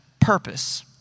purpose